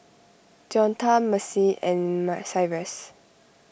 Deonta Macy and Ma Cyrus